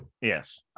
Yes